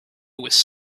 was